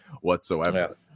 whatsoever